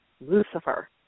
Lucifer